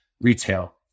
retail